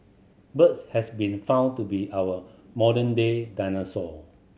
birds has been found to be our modern day dinosaur